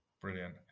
Brilliant